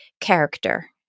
character